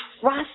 trust